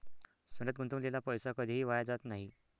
सोन्यात गुंतवलेला पैसा कधीही वाया जात नाही